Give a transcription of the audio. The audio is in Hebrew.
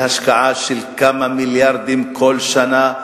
השקעה של כמה מיליארדים כל שנה,